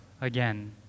again